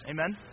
Amen